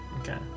Okay